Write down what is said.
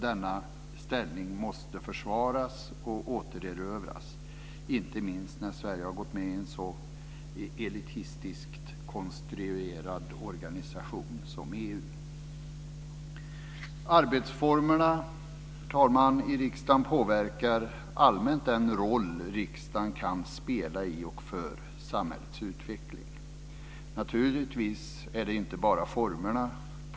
Denna ställning måste försvaras och återerövras, inte minst när Sverige har gått med i en så elitistiskt konstruerad organisation som Herr talman! Arbetsformerna i riksdagen påverkar allmänt den roll som riksdagen kan spela i och för samhällets utveckling. Naturligtvis är det inte bara formerna som påverkar.